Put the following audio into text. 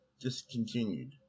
discontinued